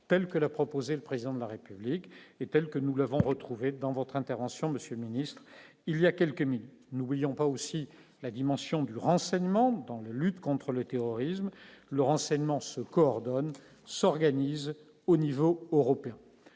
telle que l'a proposé le président de la République est telle que nous l'avons retrouvé dans votre intervention Monsieur ministre il y a quelques minutes, nous voulions pas aussi la dimension du renseignement dans la lutte contre le terrorisme, le renseignement se coordonnent s'organisent au niveau européen